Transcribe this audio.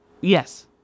Yes